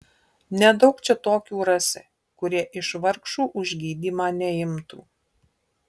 nedaug čia tokių rasi kurie iš vargšų už gydymą neimtų